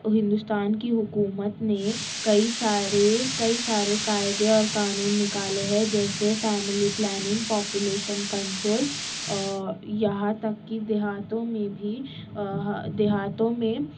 ہندوستان کی حکومت نے کئی سارے کئی سارے قاعدے اور قانون نکالے ہیں جیسے فیملی پلاننگ پاپولیشن کنٹرول اور یہاں تک کہ دیہاتوں میں بھی دیہاتوں میں